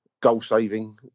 goal-saving